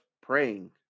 praying